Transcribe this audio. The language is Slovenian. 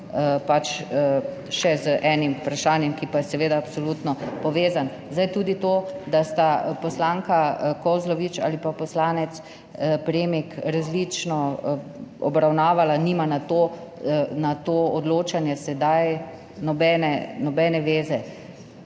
pač še z enim vprašanjem, ki pa je seveda absolutno povezan. Zdaj tudi to, da sta poslanka Kozlovič ali pa poslanec Premik različno obravnavala nima na to odločanje sedaj nobene nobene